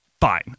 fine